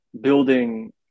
building